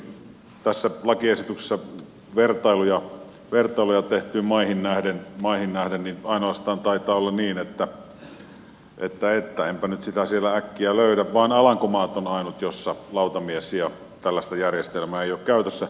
myöskin tässä lakiesityksessä on tehty vertailuja muihin maihin nähden ja taitaa olla niin että hän on sitoa sillä äkkiä löydä vain alankomaat on ainut jossa lautamies ja tällaista järjestelmää ei ole käytössä